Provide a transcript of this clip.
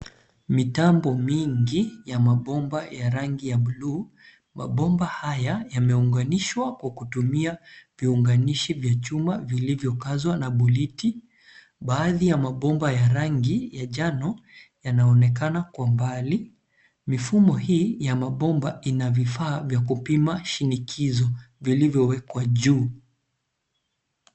Mitambo mingi ya mabomba ya rangi ya buluu. Mabomba haya yameunganishwa kwa kutumia viunganishi vya chuma vilivyokazwa na boliti . Baadhi ya mabomba ya rangi ya njano yanaonekana kwa mbali. Mifumo hii ya mabomba ina vifaa vya kupima shinikizo vikivyowekwa juu.